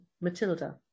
Matilda